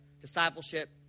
discipleship